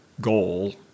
goal